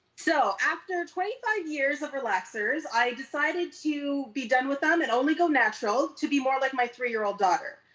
so after twenty five years of relaxers, i decided to be done with them and only go natural to be more like my three year old daughter.